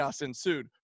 ensued